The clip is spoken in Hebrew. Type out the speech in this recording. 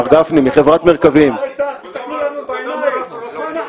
תסתכלו לנו בעיניים.